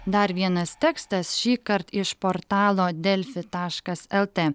dar vienas tekstas šįkart iš portalo delfi taškas lt